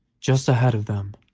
just ahead of them,